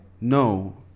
No